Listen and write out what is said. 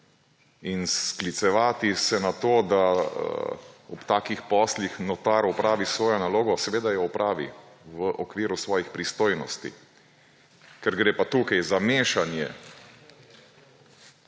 In sklicevati se na to, da ob takih poslih notar opravi svojo nalogo, seveda jo opravi v okviru svojih pristojnosti, ker gre pa tukaj za mešanje